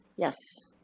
yes?